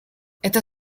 это